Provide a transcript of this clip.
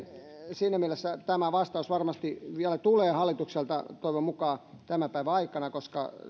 siinä mielessä tämä vastaus varmasti vielä tulee hallitukselta toivon mukaan tämän päivän aikana koska